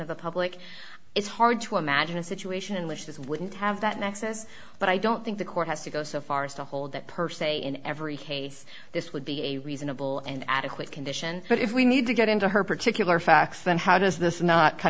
of the public it's hard to imagine a situation in which this wouldn't have that nexus but i don't think the court has to go so far as to hold that per se in every case this would be a reasonable and adequate condition but if we need to get into her particular facts then how does this not kind